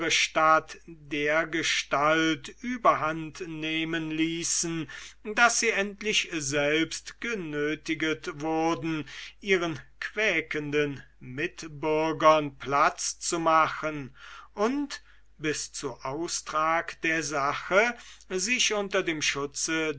stadt dergestalt über land nehmen ließen daß sie selbst endlich genötiget wurden ihren quäkenden mitbürgern platz zu machen und bis zu austrag der sache sich unter dem schutze des